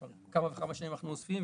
כבר כמה כמה ושנים אנחנו אוספים,